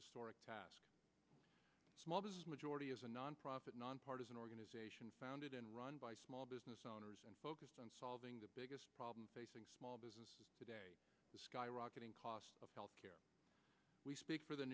historic task majority is a nonprofit nonpartisan organization founded and run by small business owners focused on solving the biggest problem facing small business today the skyrocketing cost of health care we speak for the